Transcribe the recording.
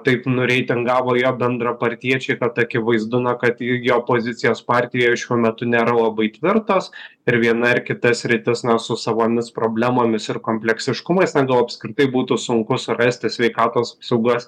taip nureitingavo jo bendrapartiečiai kad akivaizdu na kad jo pozicijos partijoje šiuo metu nėra labai tvirtos ir viena ir kita sritis na su savomis problemomis ir kompleksiškumais na gal apskritai būtų sunku surasti sveikatos apsaugos